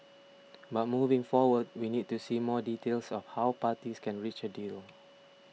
but moving forward we need to see more details of how parties can reach a deal